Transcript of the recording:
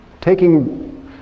Taking